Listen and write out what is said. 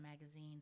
magazine